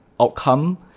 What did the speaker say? outcome